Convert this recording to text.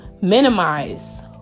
minimize